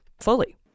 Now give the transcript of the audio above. fully